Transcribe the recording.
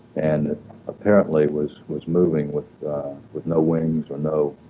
and apparently was was moving with with no wings or no